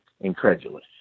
incredulous